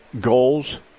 Goals